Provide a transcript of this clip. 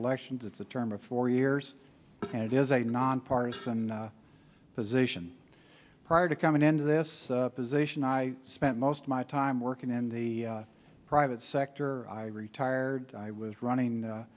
elections it's a term of four years and it is a nonpartisan position prior to coming into this position i spent most of my time working in the private sector i retired i was running